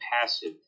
passive